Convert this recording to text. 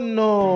no